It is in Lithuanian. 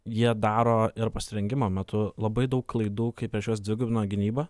jie daro ir pasirengimo metu labai daug klaidų kaip prieš juos dvigubina gynybą